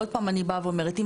אני אומרת שוב,